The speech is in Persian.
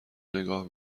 نگاه